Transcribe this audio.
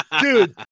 Dude